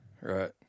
right